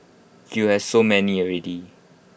you have so many already